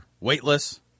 weightless